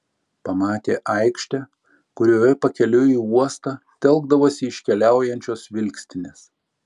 pamatė aikštę kurioje pakeliui į uostą telkdavosi iškeliaujančios vilkstinės